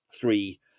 three